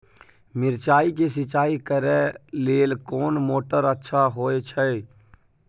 मिर्चाय के सिंचाई करे लेल कोन मोटर अच्छा होय छै?